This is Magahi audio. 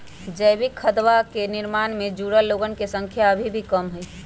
जैविक खदवा के निर्माण से जुड़ल लोगन के संख्या अभी भी कम हई